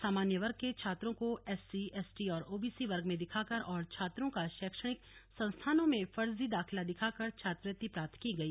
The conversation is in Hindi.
समान्य वर्ग के छात्रों को एससी एसटी और ओबीसी वर्ग में दिखाकर और छात्रों का शैक्षणिक संस्थानों में फर्जी दाखिला दिखाकर छात्रवृत्ति प्राप्त की गई